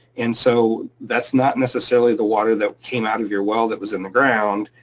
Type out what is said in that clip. and so that's not necessarily the water that came out of your well that was in the ground.